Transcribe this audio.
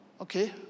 Okay